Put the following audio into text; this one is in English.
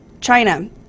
China